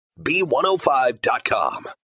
B105.com